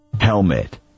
Helmet